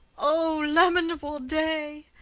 o lamentable day!